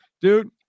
dude